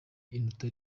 inota